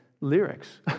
lyrics